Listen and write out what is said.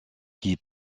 qui